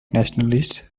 nationalists